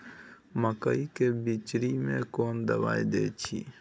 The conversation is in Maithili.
मकई के बिचरी में कोन दवाई दे छै?